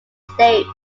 states